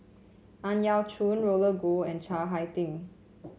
Ang Yau Choon Roland Goh and Chiang Hai Ding